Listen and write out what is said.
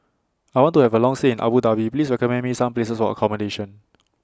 I want to Have A Long stay in Abu Dhabi Please recommend Me Some Places For accommodation